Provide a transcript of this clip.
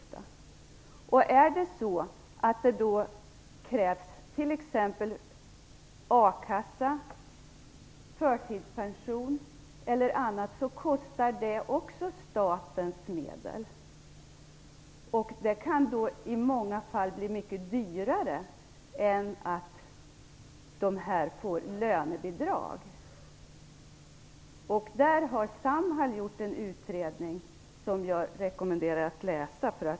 Om det då krävs t.ex. a-kassa, förtidspension eller annat, så är det också en kostnad för staten. Det kan i många fall bli mycket dyrare än om de arbetshandikappade får lönebidrag. Om detta har Samhall gjort en utredning, som jag rekommenderar för läsning.